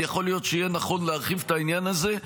ויכול להיות שיהיה נכון להרחיב את העניין הזה.